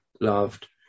loved